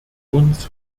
uns